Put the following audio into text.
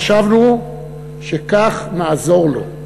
חשבנו שכך נעזור לו.